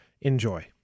Enjoy